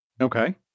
Okay